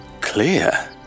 clear